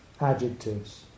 adjectives